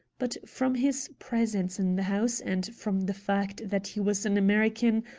but from his presence in the house, and from the fact that he was an american,